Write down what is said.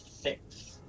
six